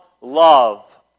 Love